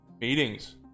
meetings